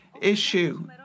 issue